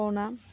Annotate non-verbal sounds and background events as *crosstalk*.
*unintelligible*